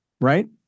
Right